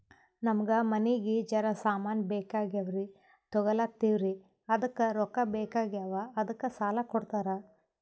ನಮಗ ಮನಿಗಿ ಜರ ಸಾಮಾನ ಬೇಕಾಗ್ಯಾವ್ರೀ ತೊಗೊಲತ್ತೀವ್ರಿ ಅದಕ್ಕ ರೊಕ್ಕ ಬೆಕಾಗ್ಯಾವ ಅದಕ್ಕ ಸಾಲ ಕೊಡ್ತಾರ?